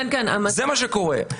זה מה שקורה.